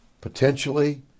potentially